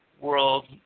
world